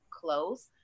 close